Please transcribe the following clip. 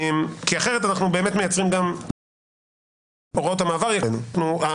כי אחרת גם הוראות המעבר יקשו עלינו.